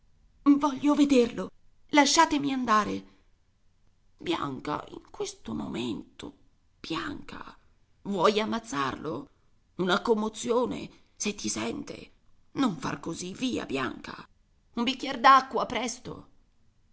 voglio vederlo lasciatemi andare bianca in questo momento bianca vuoi ammazzarlo una commozione se ti sente non far così via bianca un bicchier d'acqua presto